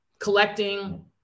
collecting